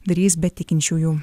darys be tikinčiųjų